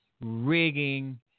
rigging